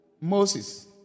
Moses